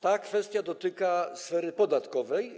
Ta kwestia dotyka sfery podatkowej.